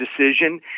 decision